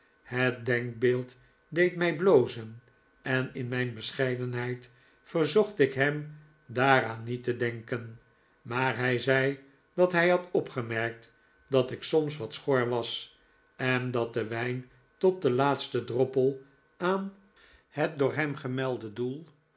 het denkbeeld deed mij blozen en in mijn bescheidenheid verzocht ik hem daaraan niet te denken maar hij zei dat hij had opgemerkt dak ik soms wat schor was en dat de wijn tot den laatsten droppel aan het door hem gemelde doel